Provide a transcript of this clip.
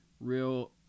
real